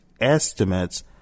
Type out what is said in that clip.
estimates